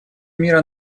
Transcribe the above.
мира